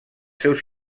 seus